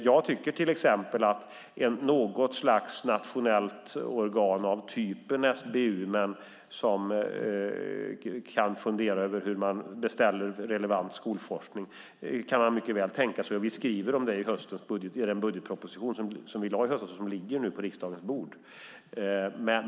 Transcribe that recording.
Jag kan mycket väl tänka mig något slags nationellt organ av typen SBU som kan fundera över hur man beställer relevant skolforskning. Vi har skrivit om det i den budgetproposition som vi lade fram i höstas och som nu ligger på riksdagens bord.